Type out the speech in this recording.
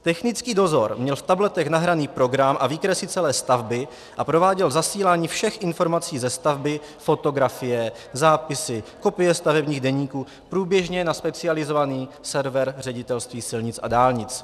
Technický dozor měl v tabletech nahraný program a výkresy celé stavby a prováděl zasílání všech informací ze stavby fotografie, zápisy, kopie stavebních deníků průběžně na specializovaný server Ředitelství silnic a dálnic.